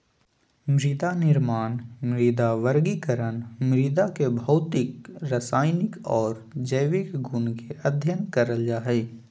मृदानिर्माण, मृदा वर्गीकरण, मृदा के भौतिक, रसायनिक आर जैविक गुण के अध्ययन करल जा हई